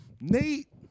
Nate